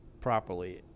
properly